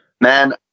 man